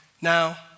Now